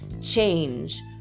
change